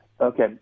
Okay